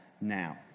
now